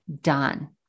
done